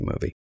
movie